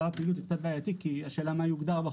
הפעילות זה קצת בעייתי כי השאלה היא מה יוגדר בחוק.